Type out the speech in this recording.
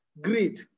greed